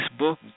Facebook